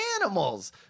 animals